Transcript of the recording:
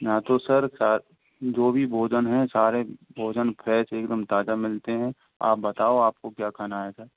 हाँ तो sir sir जो भी भोजन है सारे भोजन फ्रेश एवं ताजा मिलते हैं आप बताओ आपको क्या खाना है सर